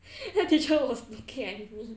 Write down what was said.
the teacher was looking at me